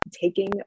taking